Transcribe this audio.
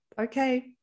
okay